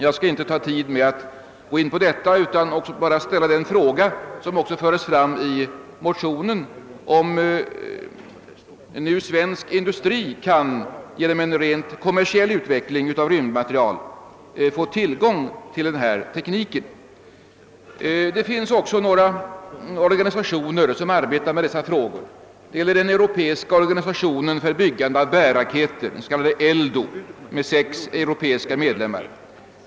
Jag skall inte ta upp tid med att gå in på detta. Jag skall bara ställa frågan, som också förs fram i motionen, om en ny svensk industri genom en rent kommersiell utveckling av rymdmaterial kan få tillgång till den här tekniken. Det finns också några organisationer som arbetar med dessa frågor. Det är den europeiska organisationen för byggande av bärraketer, ELDO, med sex medlemmar.